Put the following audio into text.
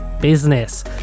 business